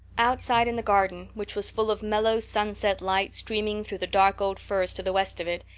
outside in the garden, which was full of mellow sunset light streaming through the dark old firs to the west of it,